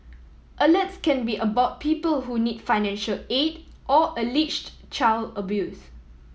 alerts can be about people who need financial aid or alleged child abuse